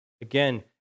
Again